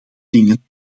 dingen